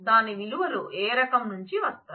దాని విలువలు ఏ రకం నుంచి వస్తాయి